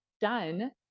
done